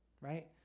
right